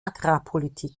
agrarpolitik